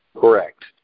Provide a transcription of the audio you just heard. Correct